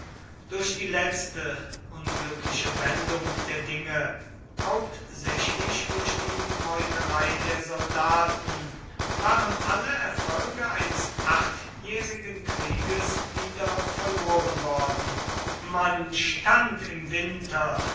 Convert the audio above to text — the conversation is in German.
durch die letzte unglückliche wendung der dinge hauptsächlich durch die meuterei der soldaten waren alle erfolge eines achtjährigen krieges wieder verloren worden man stand im winter